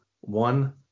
One